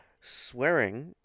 Swearing